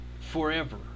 forever